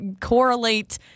correlate